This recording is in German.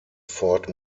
ford